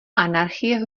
anarchie